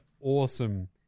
Awesome